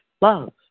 love